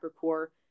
core